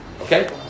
Okay